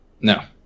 No